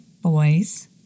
boys